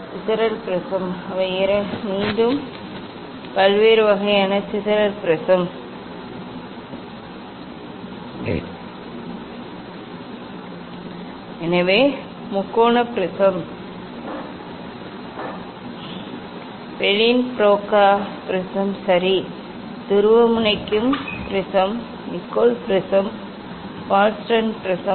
சிதறல் ப்ரிஸம் அவை மீண்டும் பல்வேறு வகையான சிதறல் ப்ரிஸம் எனவே முக்கோண ப்ரிஸம் பெலின் ப்ரோகா ப்ரிஸம் சரி துருவமுனைக்கும் prism Nicol prism Wollaston prism